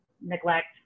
neglect